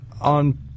on